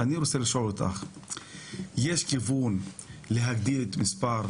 יום הנכבה העם היהודי מימש את זכותו להגדרה עצמית